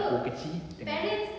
dapur kecil dengan